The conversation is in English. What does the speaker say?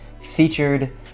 featured